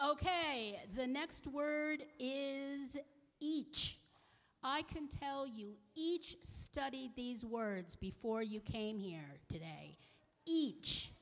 ok the next word is each i can tell you each study these words before you came here to each